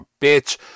bitch